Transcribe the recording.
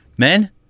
Men